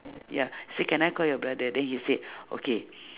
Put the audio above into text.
ya say can I call your brother then he say okay